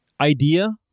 idea